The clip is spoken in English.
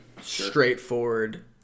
Straightforward